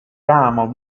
ramo